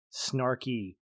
snarky